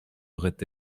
auraient